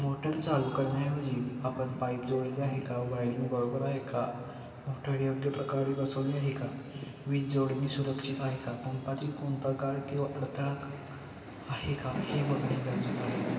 motor चालू करण्याऐवजी आपण पाईप जोडले आहे का वायरिंग बरोबर आहे का मोटर योग्य प्रकारे बसवले आहे का वीज जोडणी सुरक्षित आहे का पंपातील कोणता गाळ किंवा अडथळा आहे का हे बघणे गरजेचं आहे